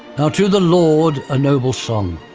now to the lord a noble song,